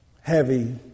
heavy